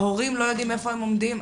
ההורים לא יודעים איפה הם עומדים,